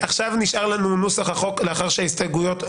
נשאר לנו להצביע נוסח החוק לאחר שההסתייגויות נדחו.